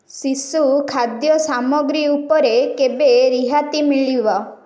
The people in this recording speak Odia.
ଶିଶୁ ଖାଦ୍ୟ ସାମଗ୍ରୀ ଉପରେ କେବେ ରିହାତି ମିଳିବ